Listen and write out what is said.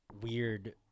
weird